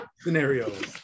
scenarios